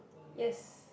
yes